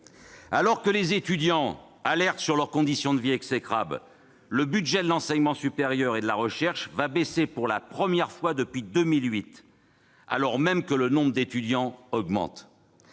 Tandis que les étudiants alertent sur leurs conditions de vie exécrables, le budget de l'enseignement supérieur et de la recherche va baisser pour la première fois depuis 2008, ... Ce n'est pas vrai !... alors même que le nombre d'étudiants augmente.